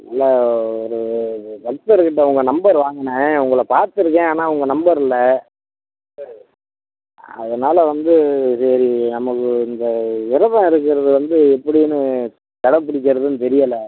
நல்ல ஒரு பக்தர்கிட்டே உங்கள் நம்பர் வாங்கினேன் உங்களை பார்த்துருக்கேன் ஆனால் உங்கள் நம்பர் இல்லை அதனால் வந்து சரி நமக்கு இந்த விரதம் இருக்கிறது வந்து எப்படின்னு கடை பிடிக்கிறது தெரியலை